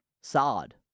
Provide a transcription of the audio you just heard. sod